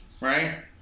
right